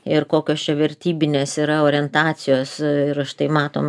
ir kokios čia vertybinės yra orientacijos ir štai matom